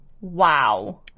Wow